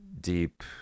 deep